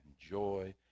joy